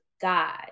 God